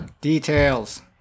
Details